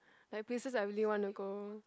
like places I really want to go